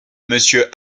monsieur